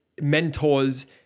mentors